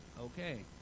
Okay